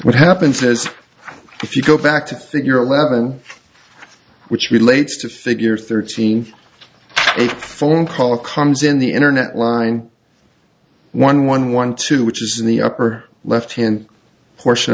what happens as if you go back to your level which relates to figure thirteen a phone call comes in the internet line one one one two which is in the upper left hand portion of